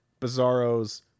Bizarro's